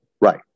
right